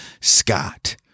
Scott